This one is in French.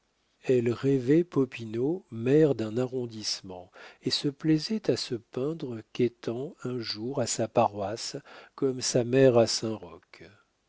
elle rêvait popinot maire d'un arrondissement et se plaisait à se peindre quêtant un jour à sa paroisse comme sa mère à